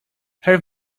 her